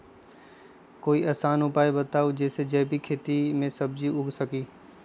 कोई आसान उपाय बताइ जे से जैविक खेती में सब्जी उगा सकीं?